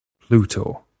Pluto